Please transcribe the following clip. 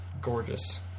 gorgeous